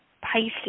Pisces